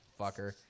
fucker